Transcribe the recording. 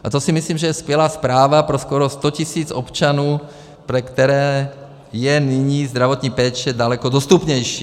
A to si myslím, že je skvělá zpráva pro skoro 100 tisíc občanů, pro které je nyní zdravotní péče daleko dostupnější.